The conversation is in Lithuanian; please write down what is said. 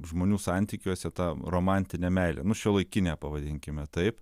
žmonių santykiuose ta romantinė meilė nu šiuolaikinė pavadinkime taip